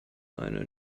seine